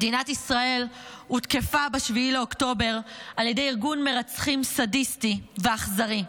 מדינת ישראל הותקפה ב-7 באוקטובר על ידי ארגון מרצחים סדיסטי ואכזרי,